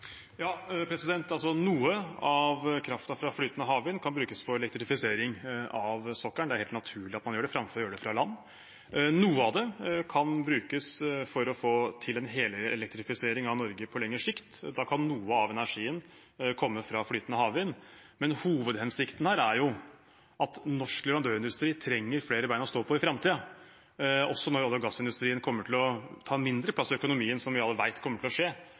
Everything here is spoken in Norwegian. Noe av kraften fra flytende havvind kan brukes til elektrifisering av sokkelen. Det er helt naturlig at man gjør det, framfor å gjøre det fra land. Noe av det kan brukes for å få til en helelektrifisering av Norge på lengre sikt. Da kan noe av energien komme fra flytende havvind. Men hovedhensikten er jo at norsk leverandørindustri trenger flere bein å stå på i framtiden, også når olje- og gassindustrien kommer til å ta mindre plass i økonomien, som vi alle vet kommer til å skje